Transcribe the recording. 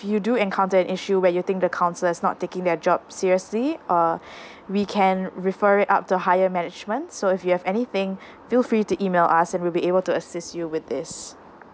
you do encounter an issue where you think the counsellor is not taking their job seriously uh we can refer it up to higher management so if you have anything feel free to email us and we'll be able to assist you with this